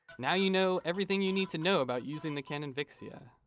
now you know everything you need to know about using the canon vixia.